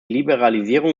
liberalisierung